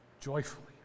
joyfully